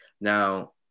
Now